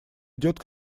идет